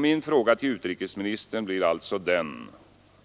Min fråga till utrikesministern blir alltså